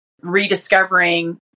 rediscovering